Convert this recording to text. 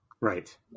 Right